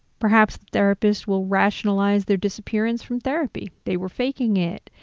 perhaps therapists will rationalize their disappearance from therapy, they were faking it,